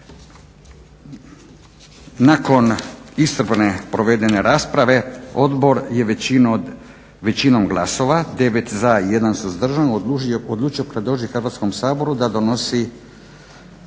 Nakon iscrpne provedene rasprave Odbor je većinom glasova, 9 za 1 suzdržan odlučio predočiti Hrvatskom saboru da donosi